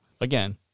Again